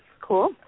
Cool